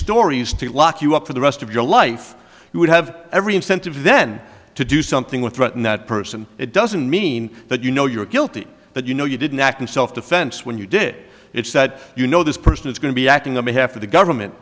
stories to lock you up for the rest of your life you would have every incentive then to do something with threaten that person it doesn't mean that you know you're guilty but you know you didn't act in self defense when you did it said you know this person is going to be acting on behalf of the government